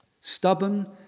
Stubborn